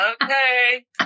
okay